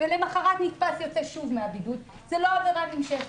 ולמוחרת נתפס יוצא שוב מן הבידוד זה לא עבירה נמשכת.